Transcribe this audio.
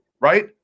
right